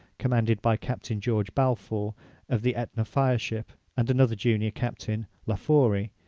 commanded by captain george balfour of the aetna fire-ship, and another junior captain, laforey,